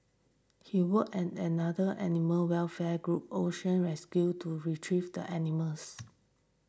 he worked in another animal welfare group Ocean Rescue to retrieve the animals